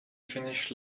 finish